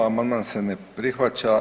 Amandman se ne prihvaća.